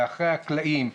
מאחורי הקלעים.